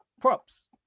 props